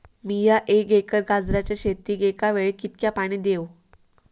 मीया एक एकर गाजराच्या शेतीक एका वेळेक कितक्या पाणी देव?